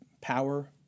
power